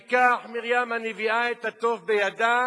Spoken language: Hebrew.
ותיקח מרים הנביאה את התוף בידה,